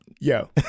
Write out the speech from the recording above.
yo